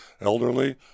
elderly